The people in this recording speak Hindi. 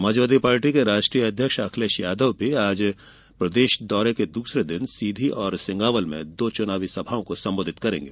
समाजवादी पार्टी के राष्ट्रीय अध्यक्ष अखिलेश यादव आज दौरे के दूसरे दिन सीधी और सिंगावल में दो चुनावी सभाओं को संबोधित करेंगे